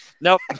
Nope